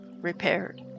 repaired